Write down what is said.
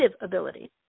ability